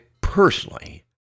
personally